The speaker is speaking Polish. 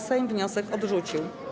Sejm wniosek odrzucił.